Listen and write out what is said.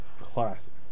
Classic